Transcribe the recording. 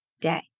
day